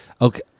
okay